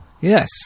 Yes